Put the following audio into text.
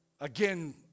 again